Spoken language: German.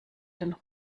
den